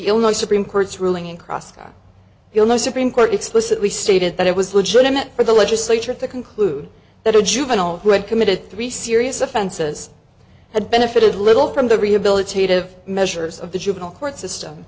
illinois supreme court's ruling in crosscut you'll know supreme court explicitly stated that it was legitimate for the legislature to conclude that a juvenile grand committed three serious offenses had benefited little from the rehabilitative measures of the juvenile court system